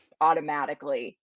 automatically